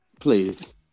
Please